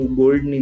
gold